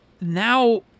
now